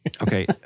Okay